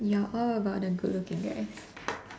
you're all about the good looking guys